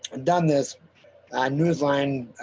done this nfb-newsline